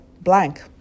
blank